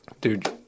dude